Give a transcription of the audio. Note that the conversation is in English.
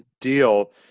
deal